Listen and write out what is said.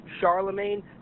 Charlemagne